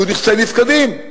כי הוא נכסי נפקדים,